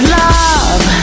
love